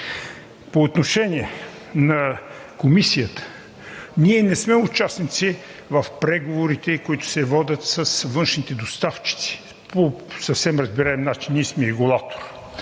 По отношение на Комисията. Ние не сме участници в преговорите, които се водят с външните доставчици. По съвсем разбираем начин ние сме регулатор.